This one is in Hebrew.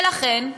ולכן,